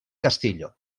castillo